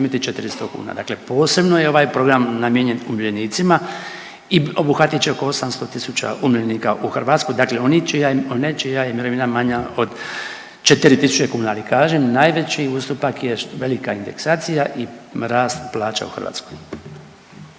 primiti 400 kuna. Dakle, posebno je ovaj program namijenjen umirovljenicima i obuhvatit će oko 800 000 umirovljenika u Hrvatskoj, dakle one čija je mirovina manja od 4000 kuna. Ali kažem najveći ustupak je velika indeksacija i rast plaća u Hrvatskoj.